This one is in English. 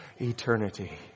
eternity